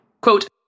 Quote